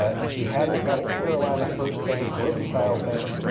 if you had an account at carolina first bank, mercantile bank,